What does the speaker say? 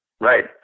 right